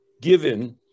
given